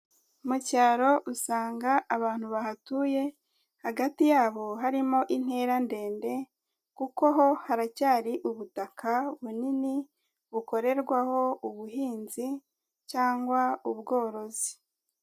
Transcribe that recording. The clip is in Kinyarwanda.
Mu cyaro usanga abantu bahatuye hagati yabo harimo intera ndende kuko ho haracyari ubutaka bunini bukorerwaho ubuhinzi cyangwa ubworozi.